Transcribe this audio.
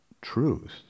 truth